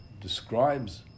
describes